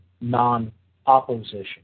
non-opposition